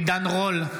עידן רול,